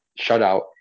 shutout